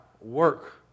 work